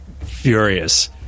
furious